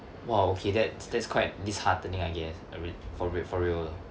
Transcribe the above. !wow! okay that's that's quite disheartening I guess uh for real for real lah